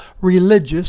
religious